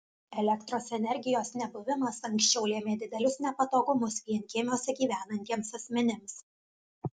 elektros energijos nebuvimas anksčiau lėmė didelius nepatogumus vienkiemiuose gyvenantiems asmenims